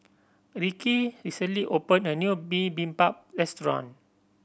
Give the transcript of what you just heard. Ricci recently opened a new Bibimbap Restaurant